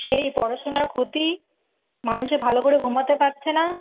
সেই পড়াশোনার ক্ষতি মানুষে ভালো করে ঘুমাতে পারছে না